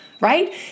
right